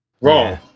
wrong